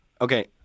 Okay